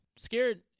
Scared